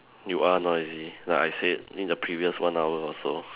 you are noisy like I said in the previous one hour or so